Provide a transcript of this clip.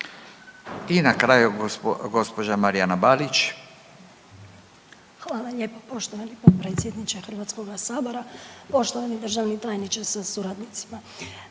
**Mrak-Taritaš, Anka (GLAS)** Hvala lijepo poštovani potpredsjedniče Hrvatskog sabora. Poštovani državni tajniče sa suradnicom,